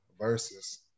versus